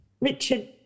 Richard